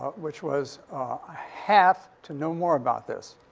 which was have to know more about this.